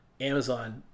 Amazon